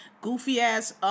goofy-ass